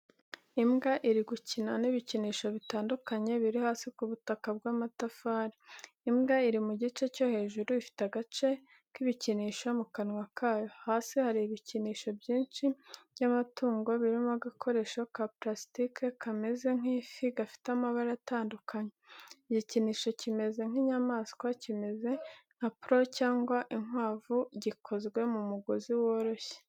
Imbwa iri gukina n’ibikinisho bitandukanye biri hasi ku butaka bw’amatafari. Imbwa iri mu gice cyo hejuru ifite agace cy’ibikinisho mu kanwa kayo. Hasi hari ibikinisho byinshi by’abatungo birimo, agakoresho ka purasitike kameze nk’ifi gafite amabara atandukanye. Igikinisho gimeze nk’inyamaswa kimeze nka poro cyangwa inkwavu, gikozwe mu mugozi woroshye.